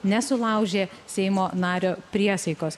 nesulaužė seimo nario priesaikos